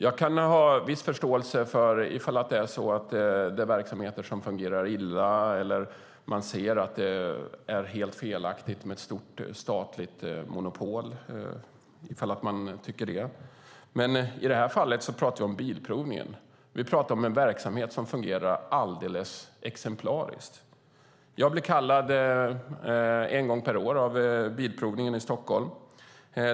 Jag kan ha viss förståelse ifall det är verksamheter som fungerar illa eller om man tycker att det är helt felaktigt med ett stort statligt monopol. I detta fall talar vi dock om Bilprovningen. Vi talar om en verksamhet som fungerar alldeles exemplariskt. Jag blir kallad en gång per år av Bilprovningen i Stockholm.